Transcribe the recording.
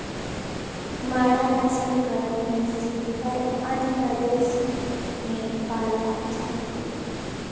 मांडा नसल कर भंइस हर आंध्र परदेस में पाल जाथे